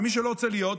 ומי שלא רוצה להיות,